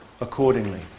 accordingly